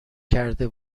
کرده